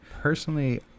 Personally